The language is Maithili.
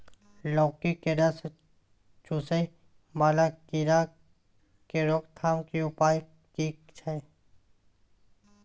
लौकी के रस चुसय वाला कीरा की रोकथाम के उपाय की छै?